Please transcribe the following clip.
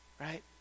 right